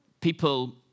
people